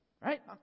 right